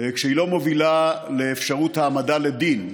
כשהיא לא מובילה לאפשרות העמדה לדין.